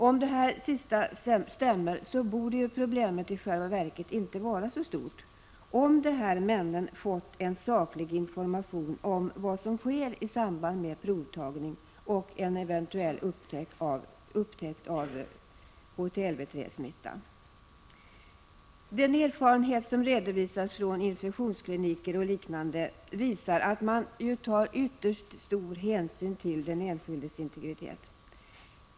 Om det sista stämmer, borde problemet i själva verket inte vara så stort, om de här männen fått saklig information om vad som sker i samband med provtagning och vid en eventuell upptäckt av HTLV-III-smitta. Den erfarenhet som redovisas vid infektionskliniker o. d. visar att man tar ytterst stor hänsyn till den enskildes integritet.